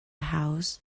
house